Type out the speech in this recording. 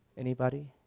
anybody?